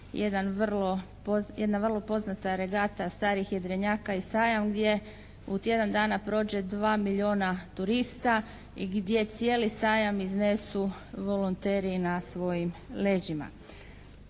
jedna vrlo poznata regata starih jedrenjaka i sajam gdje u tjedan dana prođe 2 milijuna turista i gdje cijeli sajam iznesu volonteri na svojim leđima.